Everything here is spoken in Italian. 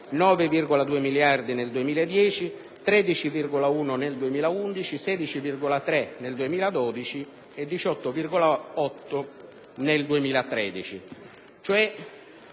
9,2 miliardi nel 2010, 13,1 nel 2011, 16,3 nel 2012 e 18,8 nel 2013.